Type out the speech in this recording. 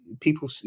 people